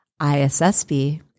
ISSB